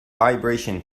vibration